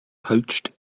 poached